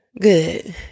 Good